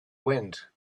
wind